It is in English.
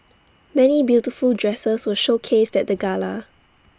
many beautiful dresses were showcased at the gala